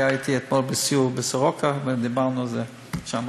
היה אתי אתמול בסיור בסורוקה ודיברנו על זה שם.